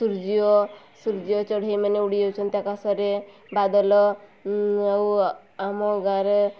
ସୂର୍ଯ୍ୟ ସୂର୍ଯ୍ୟ ଚଢ଼େଇମାନେ ଉଡ଼ିଯାଉଛନ୍ତି ମୁକ୍ତ ଆକାଶରେ ବାଦଲ ଆଉ ଆମ ଗାଁରେ